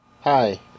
Hi